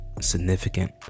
significant